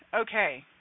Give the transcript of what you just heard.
okay